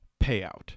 payout